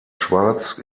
schwarz